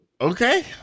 Okay